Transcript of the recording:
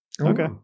Okay